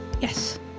Yes